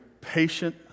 patient